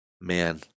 man